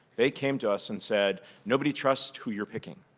they came to us and said nobody trusts who you're picking.